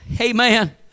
amen